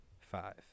Five